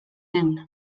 den